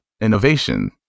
Innovation